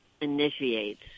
initiates